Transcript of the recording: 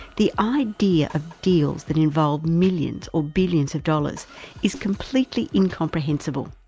the idea of deals that involve millions or billions of dollars is completely incomprehensible.